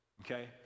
okay